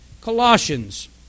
Colossians